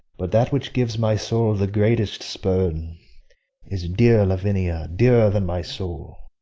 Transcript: but that which gives my soul the greatest spurn is dear lavinia, dearer than my soul.